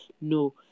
no